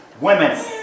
women